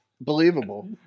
believable